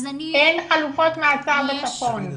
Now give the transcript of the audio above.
אז אני --- אין חלופות מעצר בצפון.